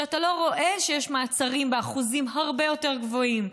כשאתה לא רואה שיש מעצרים באחוזים הרבה יותר גבוהים,